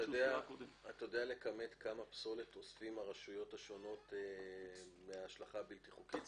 אתה יודע לכמת כמה פסולת אוספות הרשויות השונות מההשלכה הבלתי חוקית?